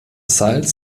salz